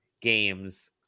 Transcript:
games